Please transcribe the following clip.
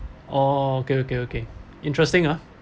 oh okay okay okay interesting ah